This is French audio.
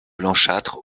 blanchâtre